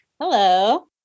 Hello